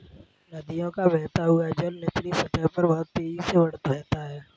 नदियों का बहता हुआ जल निचली सतह पर बहुत तेजी से बहता है